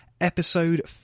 episode